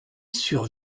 sur